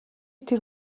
тэр